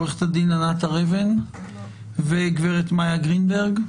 עו"ד ענת הר אבן וגברת מיה גרינברג,